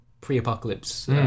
pre-apocalypse